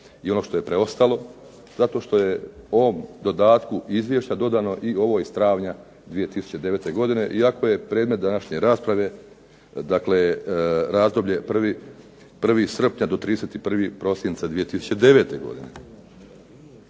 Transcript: i ono što je preostalo zato što je ovom dodatku izvješća dodano i ovo iz travnja 2009. godine iako je predmet današnje rasprave, dakle razdoblje 01. srpnja do 31. prosinca 2009. godine?